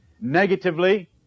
negatively